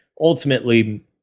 ultimately